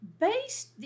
Based